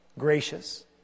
gracious